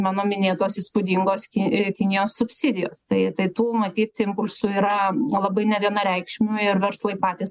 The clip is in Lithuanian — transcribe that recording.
mano minėtos įspūdingos ki kinijos subsidijos tai tai tų matyt impulsų yra labai nevienareikšmių ir verslai patys